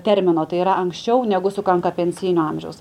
termino tai yra anksčiau negu sukanka pensinio amžiaus